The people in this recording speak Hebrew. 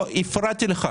ינון, לא הפרעתי לך.